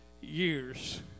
years